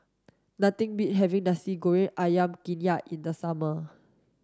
nothing beats having nasi goreng ayam kunyit in the summer